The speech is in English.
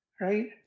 right